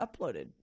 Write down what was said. uploaded